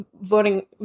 voting